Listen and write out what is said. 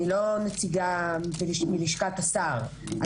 אני לא נציגה מלשכתו של שר המשפטים.